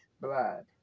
blood